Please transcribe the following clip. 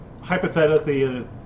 hypothetically